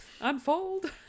unfold